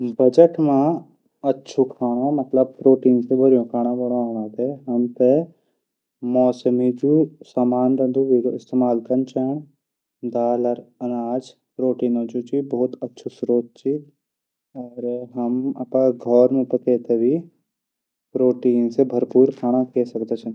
बजट मां अछू खाणू मतलब प्रोटीन से भरपूर खाणू बणादन त हमथै मोसमी जू खाणू हूदू वेथे इस्तेमाल कन चैंद दाल अनाज बहुत अचछू शोरत च हम अपडू घौर मा प्रोटीन से भरपूर खाणू खै सकदा छा।